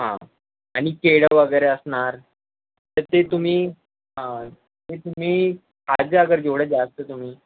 हां आणि केळं वगैरे असणार तर ते तुम्ही ते तुम्ही खात जा अगर जेवढे जास्त तुम्ही